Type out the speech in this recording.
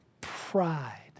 pride